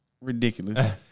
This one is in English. ridiculous